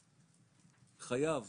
חייב,